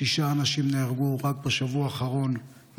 שישה אנשים נהרגו רק בשבוע האחרון,